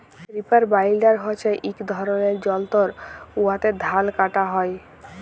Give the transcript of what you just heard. reaper binder হছে ইক ধরলের যল্তর উয়াতে ধাল কাটা হ্যয়